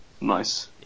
Nice